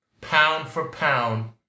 pound-for-pound